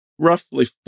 Roughly